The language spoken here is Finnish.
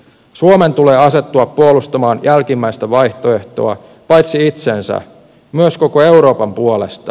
suomen tulee asettua puolustamaan jälkimmäistä vaihtoehtoa paitsi itsensä myös koko euroopan puolesta